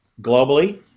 globally